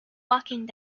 walking